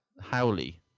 Howley